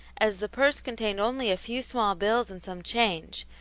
as the purse contained only a few small bills and some change,